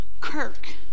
kirk